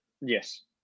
yes